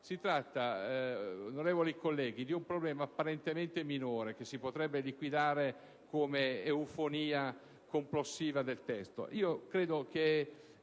Si tratta, onorevoli colleghi, di un problema apparentemente minore, che si potrebbe liquidare come eufonia complessiva del testo.